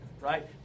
right